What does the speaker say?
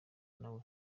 nawe